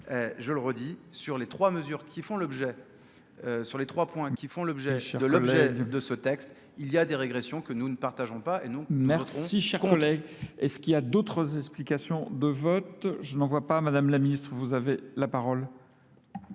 l'objet, sur les trois points qui font l'objet de l'objet de ce texte, il y a des régressions que nous ne partageons pas. Merci, cher collègue. Est-ce qu'il y a d'autres explications de vote ? Je n'en vois pas, madame la ministre, vous avez la parole.